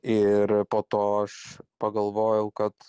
ir po to aš pagalvojau kad